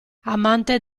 amante